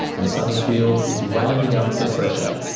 and sunnyfield is ramping up the pressure.